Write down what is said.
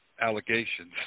allegations